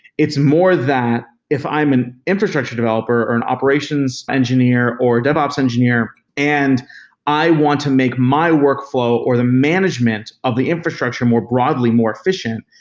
it's more that if i'm an infrastructure developer or an operations engineer or a dev ops engineer and i want to make my workflow or the management of the infrastructure more broadly more efficient,